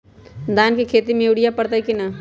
धान के खेती में यूरिया परतइ कि न?